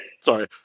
Sorry